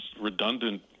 redundant